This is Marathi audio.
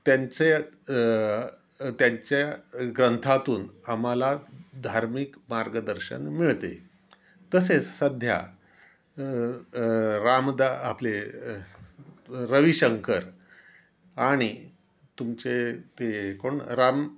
त्यांचे त्यांच्या ग्रंथातून आम्हाला धार्मिक मार्गदर्शन मिळते तसेच सध्या रामदा आपले रविशंकर आणि तुमचे ते कोण राम